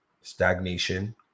stagnation